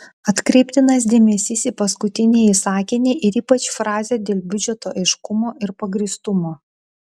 atkreiptinas dėmesys į paskutinįjį sakinį ir ypač frazę dėl biudžeto aiškumo ir pagrįstumo